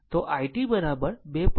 તેથી i t 2